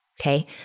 Okay